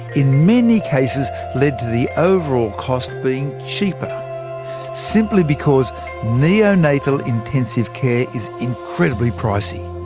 in many cases led to the overall cost being cheaper simply because neonatal intensive care is incredibly pricey,